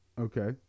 Okay